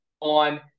on